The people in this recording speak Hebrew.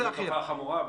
זו תופעה חמורה,